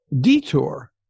detour